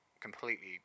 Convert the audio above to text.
completely